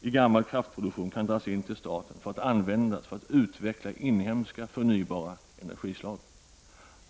i gammal kraftproduktion kan dras in till staten för att användas till att utveckla inhemska förnybara energislag.